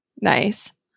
Nice